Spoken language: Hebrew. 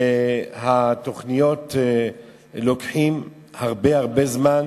והתוכניות לוקחות הרבה-הרבה זמן.